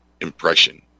impression